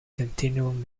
continuum